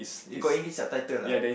eh got English subtitle lah